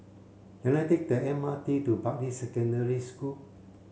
can I take the M R T to Bartley Secondary School